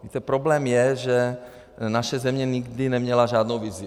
Víte, problém je, že naše země nikdy neměla žádnou vizi.